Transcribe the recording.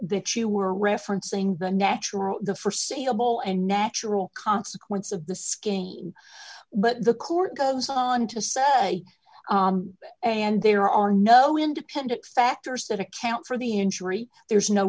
that you were referencing the natural the forseeable and natural consequence of the scheme but the court goes on to say and there are no independent factors that account for the injury there's no